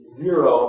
zero